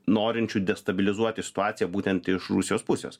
norinčių destabilizuoti situaciją būtent iš rusijos pusės